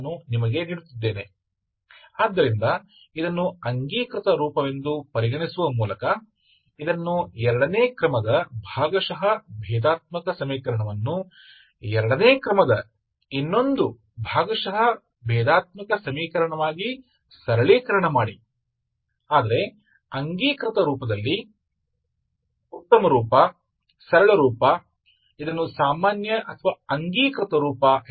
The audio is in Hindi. तो इस पर विचार करके कि एक कैनॉनिकल रूप क्या है इसे दूसरे क्रम के दिए गए पार्शियल डिफरेंशियल समीकरण को दूसरे क्रम के दूसरे पार्शियल डिफरेंशियल समीकरण में कम करें लेकिन कैनॉनिकल रूप में अच्छा रूप सरल रूप में इसे सामान्य से या कैनॉनिकल रूप कहा जाता है